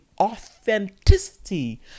authenticity